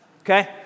Okay